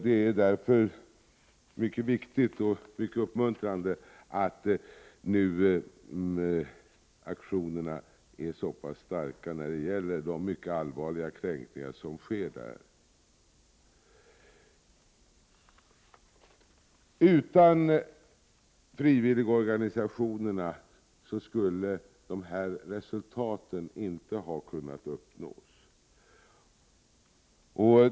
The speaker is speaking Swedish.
Det är därför mycket viktigt och uppmuntrande att aktionerna nu är så pass starka när det gäller de mycket allvarliga kränkningar som sker där. Utan frivilligorganisationerna skulle dessa resultat inte ha kunnat uppnås.